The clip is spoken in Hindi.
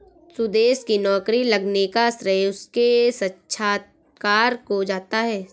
सुदेश की नौकरी लगने का श्रेय उसके साक्षात्कार को जाता है